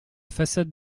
façade